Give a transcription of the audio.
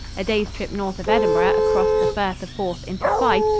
a day's trip north of edinburgh, across the firth of forth into fife,